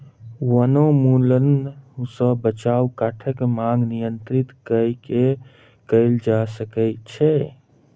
वनोन्मूलन सॅ बचाव काठक मांग नियंत्रित कय के कयल जा सकै छै